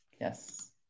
Yes